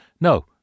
no